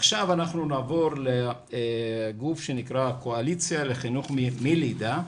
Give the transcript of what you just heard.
עכשיו אנחנו נעבור לגוף שנקרא הקואליציה לחינוך מלידה.